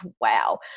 wow